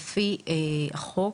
לפי חוק,